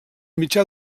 mitjà